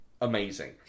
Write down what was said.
amazing